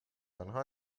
انها